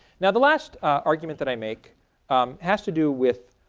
now the last argument that i make has to do with